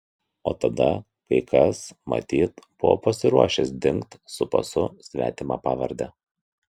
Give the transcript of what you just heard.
o tada kai kas matyt buvo pasiruošęs dingt su pasu svetima pavarde